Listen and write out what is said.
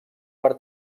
per